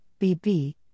BB